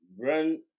run –